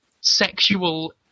sexual